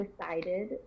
decided